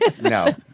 No